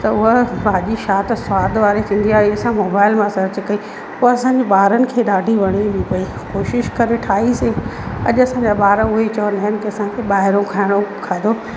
त उहा भाॼी छा त सवाद वारे थींदी आहे असां मोबाइल मां सर्च करे पोइ असांजे ॿारनि खे ॾाढी वणे बि पई कोशिशि करे ठाहीसीं अॼु असांजा ॿार उहे ई चवनि हल त असांखे ॿाहिरों खाइणो खाधो